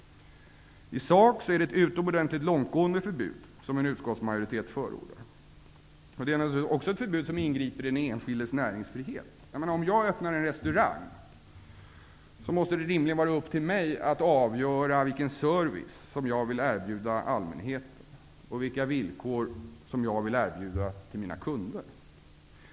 I sak är det ett utomordentligt långtgående förbud som en utskottsmajoritet förordar. Det är också ett förbud som ingriper i den enskildes näringsfrihet. Om jag öppnar en restaurang, måste det rimligen vara upp till mig att avgöra vilken service som jag vill erbjuda allmänheten och vilka villkor som jag vill erbjuda mina kunder.